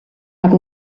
have